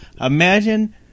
Imagine